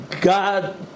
God